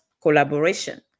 collaboration